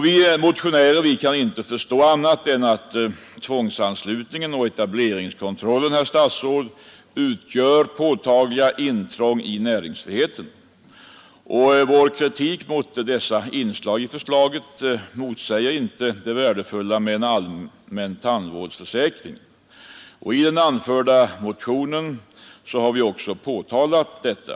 Vi motionärer kan inte förstå annat än att tvångsanslutningen och etableringskontrollen, herr talman, utgör påtagliga intrång i näringsfriheten. Vår kritik mot dessa inslag i förslaget motsäger inte det värdefulla med en allmän tandvårdsförsäkring, och i den nämnda motionen har vi också framhållit detta.